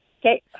Okay